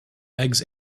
eggs